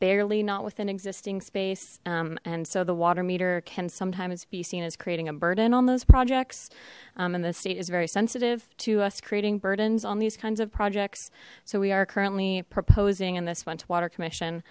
barely not within existing space and so the water meter can sometimes be seen as creating a burden on those projects and the state is very sensitive to us creating burdens on these kinds of projects so we are currently proposing in this one to water commission